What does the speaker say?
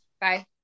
Bye